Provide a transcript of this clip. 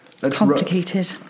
Complicated